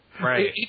Right